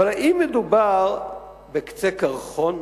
האם מדובר בקצה קרחון?